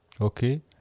Okay